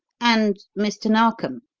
and mr. narkom!